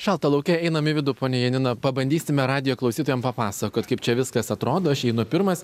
šalta lauke einam į vidų ponia janina pabandysime radijo klausytojam papasakot kaip čia viskas atrodo aš einu pirmas